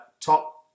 top